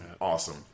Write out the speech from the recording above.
awesome